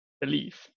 believe